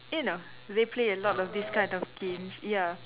you know they play a lot of this kind of games ya